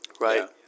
Right